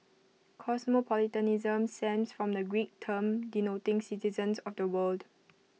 cosmopolitanism stems from the Greek term denoting citizen of the world